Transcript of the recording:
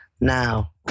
now